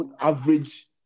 average